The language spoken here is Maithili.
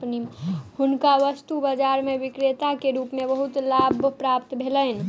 हुनका वस्तु बाजार में विक्रेता के रूप में बहुत लाभ प्राप्त भेलैन